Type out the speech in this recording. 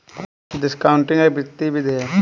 discounting एक वित्तीय विधि है